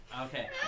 Okay